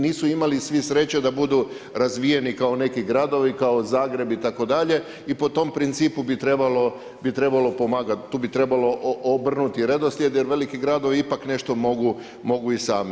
Nisu imali svi sreće da budu razvijeni kao neki gradovi kao Zagreb itd. i po tom principu bi trebalo pomagati, tu bi trebalo obrnuti redoslijed jer veliki gradovi ipak nešto mogu i sami.